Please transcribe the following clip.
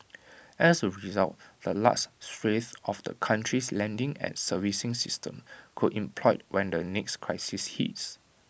as A result the last swathe of the country's lending and servicing system could implode when the next crisis hits